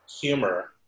humor